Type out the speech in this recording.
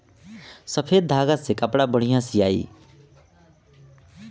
सफ़ेद धागा से कपड़ा बढ़िया सियाई